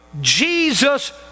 Jesus